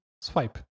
swipe